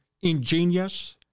ingenious